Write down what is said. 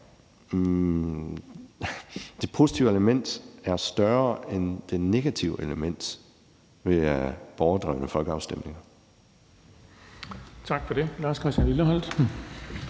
det positive element er større end det negative element ved borgerdrevne folkeafstemninger. Kl. 21:17 Den fg. formand (Erling